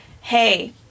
hey